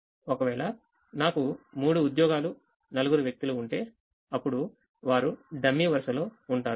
ఒకవేళ నాకు మూడు ఉద్యోగాలు నలుగురు వ్యక్తులు ఉంటే అప్పుడు వారు డమ్మీ వరుసలో ఉంటారు